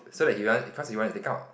so that he want because he want to take out